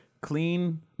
clean